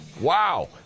Wow